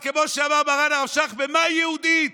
אבל כמו שאמר מרן הרב שך, במה היא יהודית?